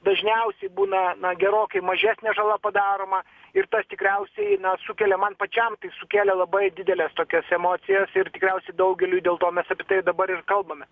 dažniausiai būna na gerokai mažesnė žala padaroma ir tas tikriausiai na sukelia man pačiam tai sukėlė labai dideles tokias emocijas ir tikriausiai daugeliui dėl to mes apie tai dabar ir kalbame